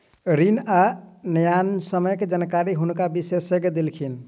ऋण आ न्यायसम्यक जानकारी हुनका विशेषज्ञ देलखिन